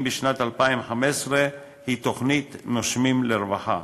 בשנת 2015 היא תוכנית "נושמים לרווחה".